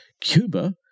Cuba